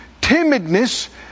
Timidness